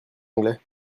anglais